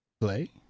play